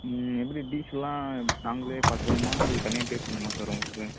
ம் எப்படி டீசல்லாம் நாங்களே பார்த்துக்கணுமா அதுக்கு தனியாக பே பண்ணுமா சார் உங்களுக்கு